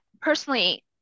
personally